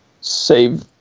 save